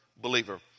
believer